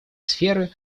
сферы